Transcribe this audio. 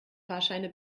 fahrscheine